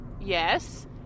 yes